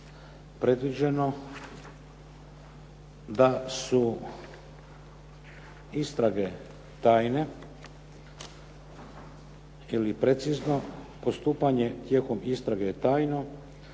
predviđeno da su istrage tajne ili precizno postupanje tijekom istrage je